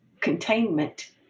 containment